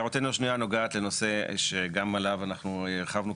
הערתינו השנייה נוגעת לנושא שגם עליו אנחנו הרחבנו,